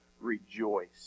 Rejoice